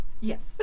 Yes